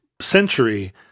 century